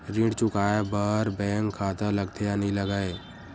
ऋण चुकाए बार बैंक खाता लगथे या नहीं लगाए?